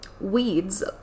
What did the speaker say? Weeds